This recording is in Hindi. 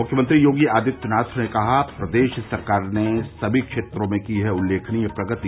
मुख्यमंत्री योगी आदित्यनाथ ने कहा प्रदेश सरकार ने सभी क्षेत्रों में की है उल्लेखनीय प्रगति